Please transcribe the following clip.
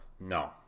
No